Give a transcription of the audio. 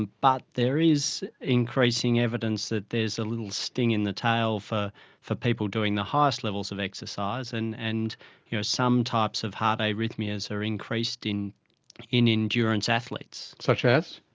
but there is increasing evidence that there is a little sting in the tail for for people doing the highest levels of exercise, and and you know some types of heart arrhythmias are increased in in endurance athletes. such as?